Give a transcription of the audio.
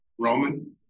Roman